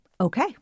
Okay